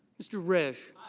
mr. ridge.